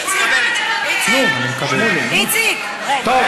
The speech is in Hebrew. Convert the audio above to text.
איציק, איציק, רד.